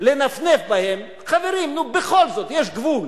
לנפנף בהן, חברים, נו, בכל זאת, יש גבול.